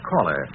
caller